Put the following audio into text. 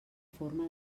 forma